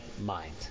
mind